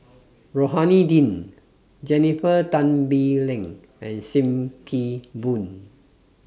Rohani Din Jennifer Tan Bee Leng and SIM Kee Boon